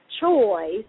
choice